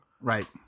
right